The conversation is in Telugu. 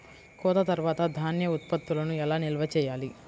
కోత తర్వాత ధాన్య ఉత్పత్తులను ఎలా నిల్వ చేయాలి?